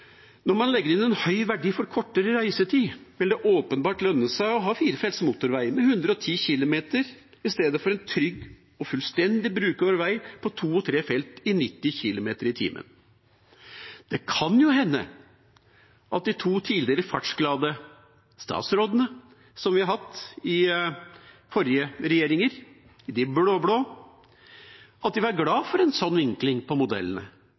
Når man legger inn en høy verdi for kortere reisetid, vil det åpenbart lønne seg å ha firefelts motorvei med 110 km/t istedenfor en trygg og fullstendig brukbar vei med to og tre felt med 90 km/t. Det kan jo hende de to tidligere fartsglade statsrådene som vi har hatt i regjeringen tidligere, den blå-blå, var glade for en sånn vinkling på modellene.